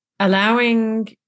Allowing